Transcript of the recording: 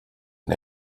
and